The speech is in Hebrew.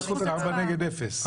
זה ארבע נגד אפס.